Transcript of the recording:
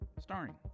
starring